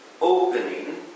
opening